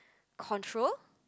control